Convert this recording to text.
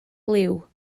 liw